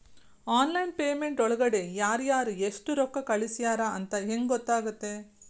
Online payment ಒಳಗಡೆ ಯಾರ್ಯಾರು ಎಷ್ಟು ರೊಕ್ಕ ಕಳಿಸ್ಯಾರ ಅಂತ ಹೆಂಗ್ ಗೊತ್ತಾಗುತ್ತೆ?